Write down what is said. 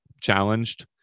challenged